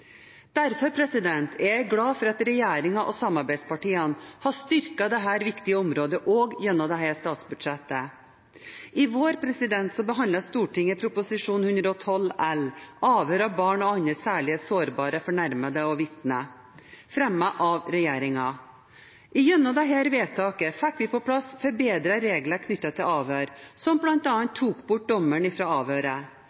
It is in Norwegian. Derfor er jeg glad for at regjeringen og samarbeidspartiene har styrket dette viktige området også gjennom dette statsbudsjettet. I vår behandlet Stortinget Prop. 112 L for 2014–2015, Endringer i straffeprosessloven , fremmet av regjeringen. Gjennom dette vedtaket fikk vi på plass forbedrede regler knyttet til avhør, som bl.a. tok bort dommeren fra avhøret.